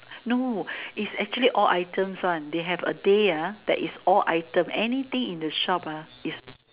no is actually all items one they have a day ah that is all item anything in the shop ah is